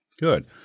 Good